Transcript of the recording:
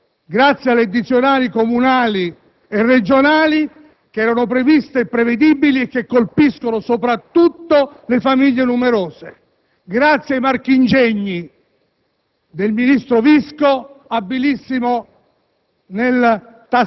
ha subìto un tartassamento feroce grazie alle addizionali comunali e regionali previste e prevedibili che colpiscono soprattutto le famiglie numerose, grazie ai marchingegni